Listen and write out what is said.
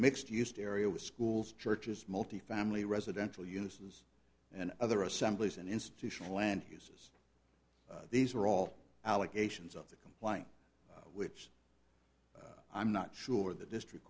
mixed used area with schools churches multifamily residential uses and other assemblies and institutional land uses these are all allegations of the complaint which i'm not sure the district